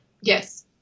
Yes